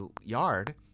yard